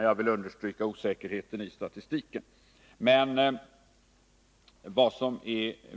Jag vill understryka osäkerheten i denna statistik.